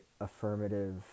affirmative